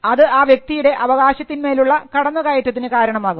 അത് ആ വ്യക്തിയുടെ അവകാശത്തിൻ്മേലുള്ള കടന്നുകയറ്റത്തിന് കാരണമാകും